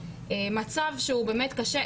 מצב שהוא באמת קשה.